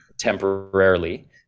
temporarily